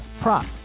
prop